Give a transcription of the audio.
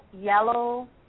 yellow